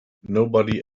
nobody